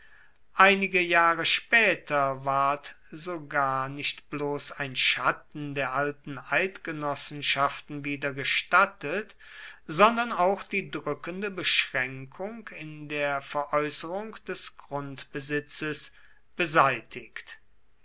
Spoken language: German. einige jahre später ward sogar nicht bloß ein schatten der alten eidgenossenschaften wieder gestattet sondern auch die drückende beschränkung in der veräußerung des grundbesitzes beseitigt